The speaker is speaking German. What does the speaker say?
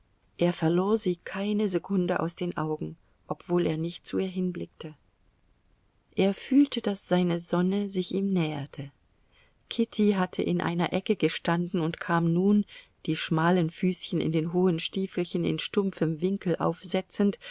er verlor sie keine sekunde aus den augen obwohl er nicht zu ihr hinblickte er fühlte daß seine sonne sich ihm näherte kitty hatte in einer ecke gestanden und kam nun die schmalen füßchen in den hohen stiefelchen in stumpfem winkel aufsetzend